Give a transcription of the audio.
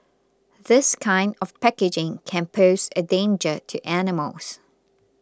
this kind of packaging can pose a danger to animals